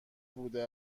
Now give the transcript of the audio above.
بوده